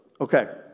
Okay